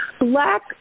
black